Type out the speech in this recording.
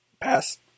Pass